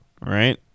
right